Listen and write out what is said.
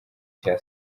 cya